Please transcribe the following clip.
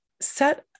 set